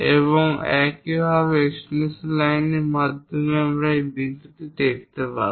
এবং একইভাবে এক্সটেনশন লাইনের মাধ্যমে এই বিন্দুটি দেখাতে পারে